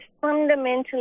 fundamentally